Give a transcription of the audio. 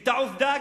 את העובדה הקיימת.